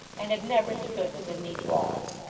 and had never stood within these walls.